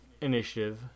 initiative